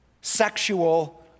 sexual